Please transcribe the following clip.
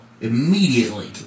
immediately